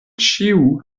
ĉiu